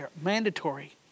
mandatory